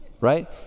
Right